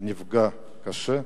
נפגע קשה,